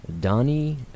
Donnie